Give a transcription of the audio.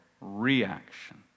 reaction